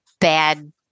bad